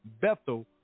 Bethel